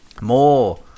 More